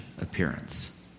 appearance